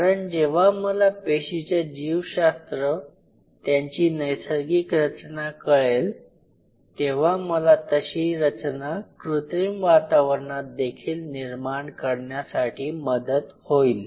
कारण जेव्हा मला पेशीचे जीवशास्त्र त्यांची नैसर्गिक रचना कळेल तेव्हा मला तशी रचना कृत्रिम वातावरणात देखील निर्माण करण्यासाठी मदत होईल